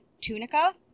tunica